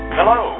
Hello